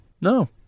No